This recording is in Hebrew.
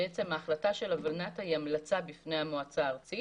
בעצם ההחלטה של ה-ולנת"ע היא המלצה בפני המועצה הארצית